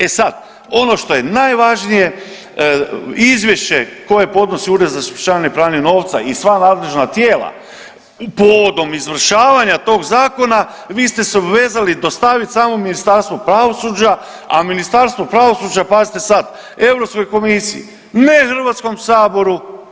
E sad, ono što je najvažnije izvješće koje podnosi Ured za sprječavanje pranja novca i sva nadležna tijela povodom izvršavanja tog zakona vi ste se obvezali dostaviti samom Ministarstvu pravosuđa, a Ministarstvo pravosuđa pazite sad Europskoj komisiji, ne Hrvatskom saboru.